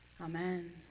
Amen